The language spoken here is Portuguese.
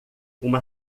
uma